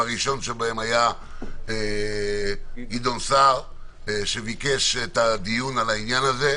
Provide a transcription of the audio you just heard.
והראשון בהם היה חבר הכנסת גדעון סער שביקש את הדיון בעניין הזה.